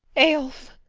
eyolf!